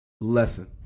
Lesson